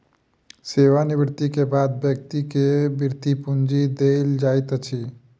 सेवा निवृति के बाद व्यक्ति के वृति पूंजी देल जाइत अछि